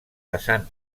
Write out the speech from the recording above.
vessant